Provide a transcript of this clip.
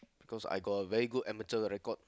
cause I got very good amateur record